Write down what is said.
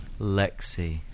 Lexi